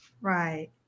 Right